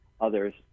others